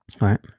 Right